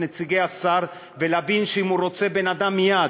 נציגי השר ולהבין שאם הוא רוצה בן-אדם מייד,